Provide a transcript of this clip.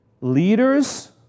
leaders